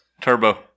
Turbo